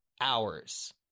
hours